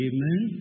Amen